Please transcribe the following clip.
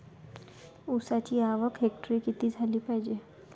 ऊसाची आवक हेक्टरी किती झाली पायजे?